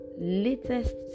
latest